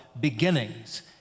beginnings